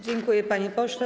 Dziękuję, panie pośle.